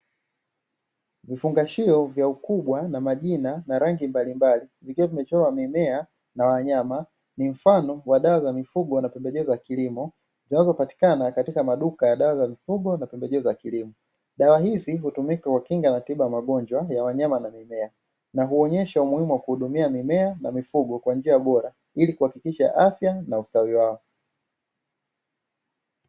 Vifungashio vya ukubwa na majina na rangi mbalimbali, vikiwa vimechorwa mimea na wanyama ni mfano wa dawa za mifugo na pembejeo za kilimo, zianzopatikana katika maduka ya dawa za mifugo na pembejeo za kilimo, dawa hizi hutumika kwa kinga na tiba ya magonjwa ya wanyama na mimea na huonyesha umuhimu wa kuhudumia mimea na mifugo kwa njia bora ilikuhakikisha afya na ustawi wao.